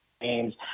games